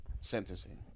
sentencing